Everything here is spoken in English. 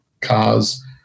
cars